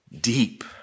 deep